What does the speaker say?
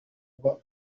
uba